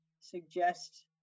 suggest